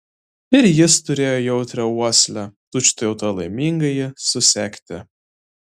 ir jis turėjo jautrią uoslę tučtuojau tą laimingąjį susekti